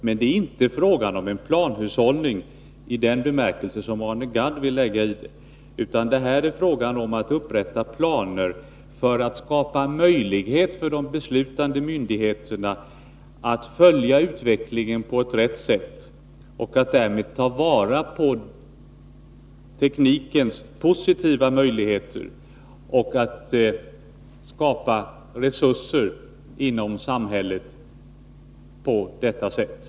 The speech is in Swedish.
Men det är inte fråga om en planhushållning i den bemärkelse som Arne Gadd vill lägga in i det hela, utan det är fråga om att upprätta planer för att skapa möjlighet för de beslutande myndigheterna att följa utvecklingen på rätt sätt och ta vara på teknikens möjligheter att åstadkomma effektiv hushållning med resurserna i samhället.